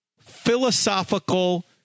philosophical